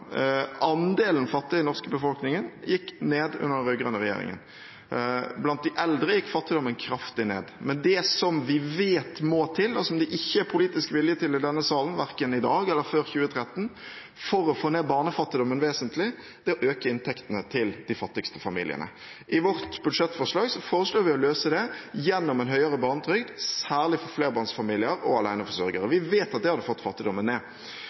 Andelen fattige i den norske befolkningen gikk ned under den rød-grønne regjeringen. Blant de eldre gikk fattigdommen kraftig ned. Men det som vi vet må til for å få ned barnefattigdommen vesentlig, og som det ikke er politisk vilje til i denne salen – verken i dag eller før 2013 – er å øke inntektene til de fattigste familiene. I vårt budsjettforslag vil vi løse det gjennom en høyere barnetrygd, særlig for flerbarnsfamilier og aleneforsørgere. Vi vet at det hadde fått fattigdommen ned.